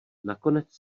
nakonec